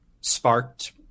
sparked